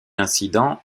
incidents